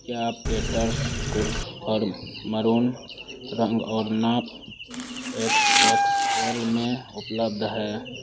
क्या पेटर्स कूव्स पर मरून रंग और नाप एक्स एक्स एल में उपलब्ध है